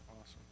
awesome